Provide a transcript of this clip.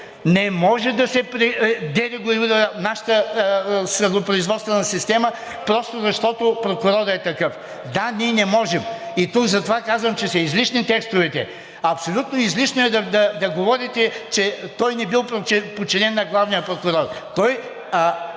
Не може да се дерогира нашата съдопроизводствена система просто защото прокурорът е такъв. Да, ние не можем и затова казвам, че са излишни текстовете. Абсолютно излишно е да говорите, че той не бил подчинен на главния прокурор, той